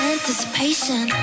Anticipation